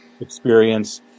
experience